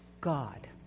God